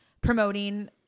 promoting